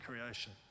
creation